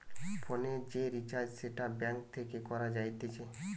ফোনের যে রিচার্জ সেটা ব্যাঙ্ক থেকে করা যাতিছে